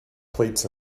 plates